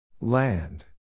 Land